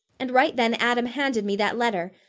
and right then adam handed me that letter,